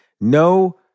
No